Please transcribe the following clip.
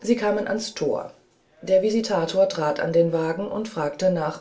sie kamen ans tor der visitator trat an den wagen und fragte nach